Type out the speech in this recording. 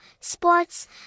sports